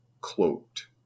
cloaked